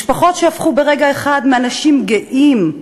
משפחות שהפכו ברגע אחד מאנשים גאים,